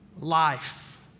life